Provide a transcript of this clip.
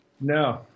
No